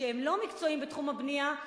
עובדים שהם לא מקצועיים בתחום הבנייה,